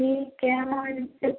ठीक है हम उनसे